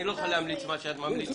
אני לא יכול להמליץ מה שאת ממליצה,